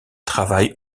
travaille